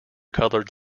colored